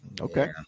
Okay